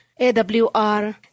AWR